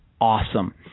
Awesome